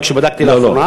כשבדקתי לאחרונה.